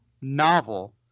novel